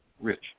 rich